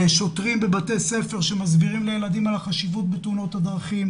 לשוטרים בבתי ספר שמסבירים לילדים על החשיבות במניעת תאונות הדרכים,